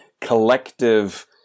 collective